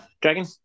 dragon